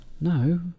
No